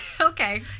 Okay